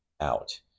out